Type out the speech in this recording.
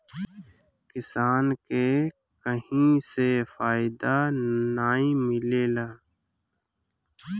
किसान के कहीं से फायदा नाइ मिलेला